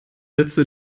sätze